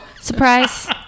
surprise